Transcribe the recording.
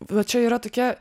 va čia yra tokia